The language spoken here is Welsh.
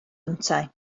yntau